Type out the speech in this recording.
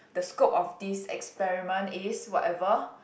the scope of this experiment is whatever